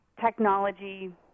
technology